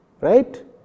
right